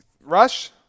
Rush